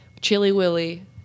chili-willy